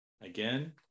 Again